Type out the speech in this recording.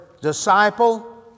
disciple